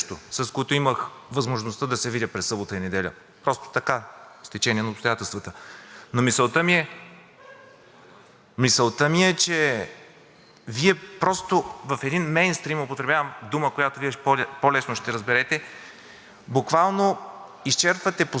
Мисълта ми е, че Вие просто в един мейнстрийм, употребявам дума, която Вие по-лесно ще разберете, буквално изчерпвате последните ресурси на България като позиция в международен план. Едни голи декларации пред Вашите партньори в коридорите